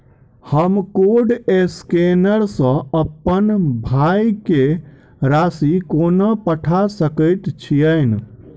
हम code scanner सँ अप्पन भाय केँ राशि कोना पठा सकैत छियैन?